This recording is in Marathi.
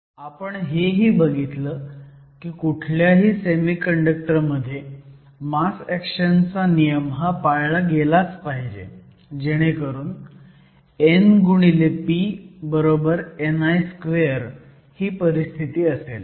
आपण हेही बघितलं की कुठल्याही सेमीकंडक्टर मध्ये मास ऍक्शन चा नियम हा पाळला गेलाच पाहिजे जेणेकरून n p ni2 ही परिस्थिती असेल